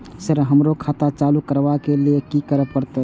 Sir हमरो खाता चालू करबाबे के ली ये की करें परते?